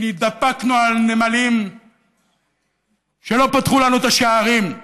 כי הידפקנו על נמלים שלא פתחו לנו את השערים,